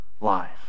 life